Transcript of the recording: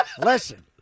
Listen